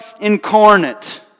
incarnate